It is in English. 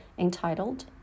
entitled